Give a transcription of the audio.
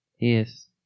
Yes